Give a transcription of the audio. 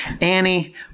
Annie